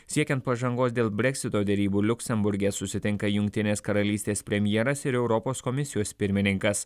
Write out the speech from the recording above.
siekiant pažangos dėl breksito derybų liuksemburge susitinka jungtinės karalystės premjeras ir europos komisijos pirmininkas